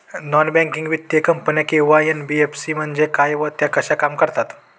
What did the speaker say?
Non banking वित्तीय company किंवा NBFC म्हणजे काय व त्या कशा काम करतात?